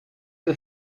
der